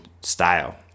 style